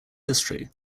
history